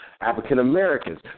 African-Americans